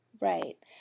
Right